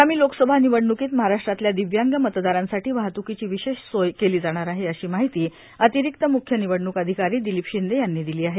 आगामी लोकसभा निवडणुकीत महाराष्ट्रातल्या दिव्यांग मतदारांसाठी वाहत्कीची विशेष सोय केली जाणार आहे अशी माहिती अतिरिक्त म्ख्य निवडण्क अधिकारी दिलीप शिंदे यांदी दिली आहे